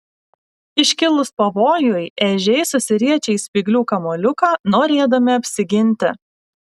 iškilus pavojui ežiai susiriečia į spyglių kamuoliuką norėdami apsiginti